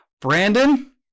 Brandon